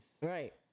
right